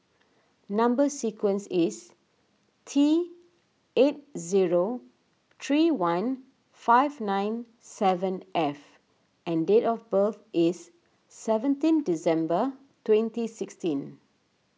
Number Sequence is T eight zero three one five nine seven F and date of birth is seventeen December twenty sixteen